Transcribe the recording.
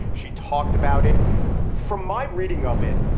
she talked about it from my reading of it.